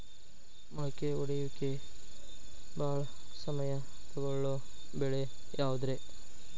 ಮೊಳಕೆ ಒಡೆಯುವಿಕೆಗೆ ಭಾಳ ಸಮಯ ತೊಗೊಳ್ಳೋ ಬೆಳೆ ಯಾವುದ್ರೇ?